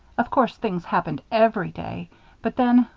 of course, things happened every day but then,